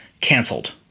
cancelled